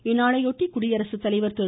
இந்நாளையொட்டி குடியரசு தலைவர் திரு